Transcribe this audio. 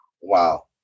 wow